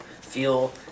feel